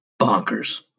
bonkers